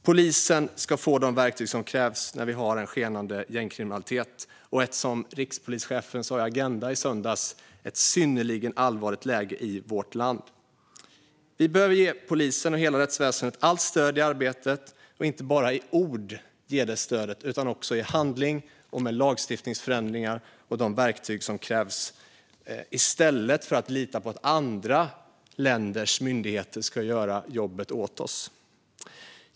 Polisen ska få de verktyg som krävs när vi har en skenande gängkriminalitet, och, som rikspolischefen sa i Agend a i söndags, ett synnerligen allvarligt läge i vårt land. Vi behöver ge polisen och hela rättsväsendet allt stöd i arbetet. Vi behöver ge stöd inte bara i ord utan också i handling, med lagstiftningsförändringar och de verktyg som krävs i stället för att lita på att andra länders myndigheter ska göra jobbet åt oss.